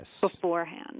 beforehand